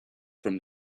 from